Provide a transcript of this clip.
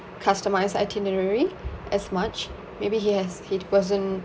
customised itinerary as much maybe he has he wasn't